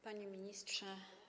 Panie Ministrze!